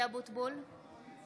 (קוראת בשמות חברי הכנסת)